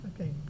Okay